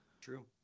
True